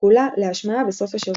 כולה להשמעה בסוף השבוע.